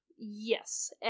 yes